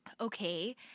okay